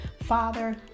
Father